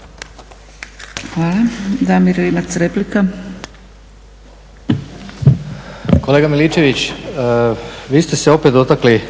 **Rimac, Damir (SDP)** Kolega Miličević, vi ste se opet dotakli